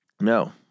No